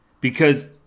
because-